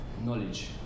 knowledge